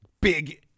big